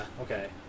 Okay